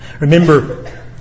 Remember